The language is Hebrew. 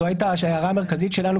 זו הייתה ההערה המרכזית שלנו,